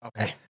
Okay